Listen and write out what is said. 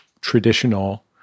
traditional